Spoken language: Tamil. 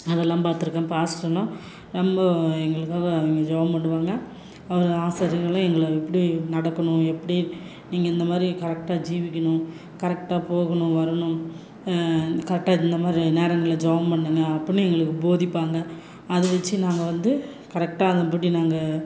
அதெல்லாம் பார்த்துருக்கேன் பாஸ்ட்ர்னா ரொம்ப எங்களுக்காக அவங்க ஜெபம் பண்ணுவாங்க ஒரு ஆசாரியர்களும் எங்களை எப்படி நடக்கணும் எப்படி நீங்கள் இந்த மாதிரி கரெட்டாக ஜீவிக்கணும் கரெக்ட்டாக போகணும் வரணும் கரெட்டாக இந்த மாதிரி நேரங்கள்ல ஜெபம் பண்ணுங்க அப்படினு எங்களுக்கு போதிப்பாங்க அதை வச்சி நாங்கள் வந்து கரெக்ட்டாக அதன் படி நாங்கள்